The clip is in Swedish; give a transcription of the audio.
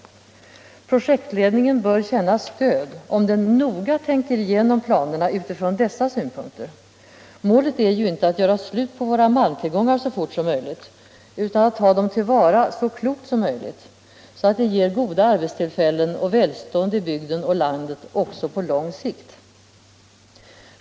Projektledningen bör känna stöd om den noga tänker igenom planerna utifrån dessa synpunkter. Målet är inte att göra slut på våra malmtillgångar så fort som möjligt, utan att ta dem till vara så klokt som möjligt, så att de ger goda arbetstillfällen och välstånd till bygden och landet, också på lång sikt.